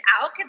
out